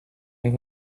and